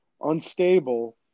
unstable